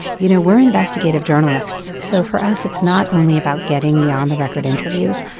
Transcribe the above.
you know we're investigative journalists. so for us it's not only about getting the on the record interviews.